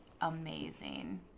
amazing